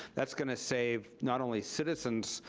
that's gonna save not only citizens'